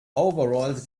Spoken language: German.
overalls